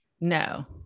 No